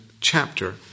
chapter